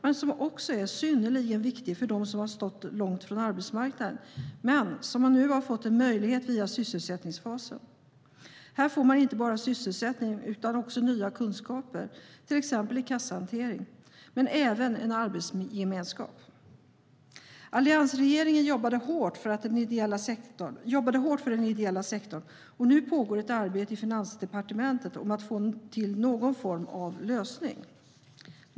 Den är också synnerligen viktig för dem som stått långt från arbetsmarknaden men som nu har fått en ny möjlighet via sysselsättningsfasen. Här får man inte bara sysselsättning utan också nya kunskaper i till exempel kassahantering. Man får även en arbetsgemenskap. Alliansregeringen jobbade hårt för den ideella sektorn, och nu pågår det ett arbete i Finansdepartementet för att få till någon form av lösning.